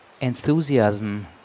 enthusiasm